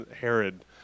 Herod